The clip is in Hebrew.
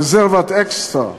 רזרבת אקסטרה,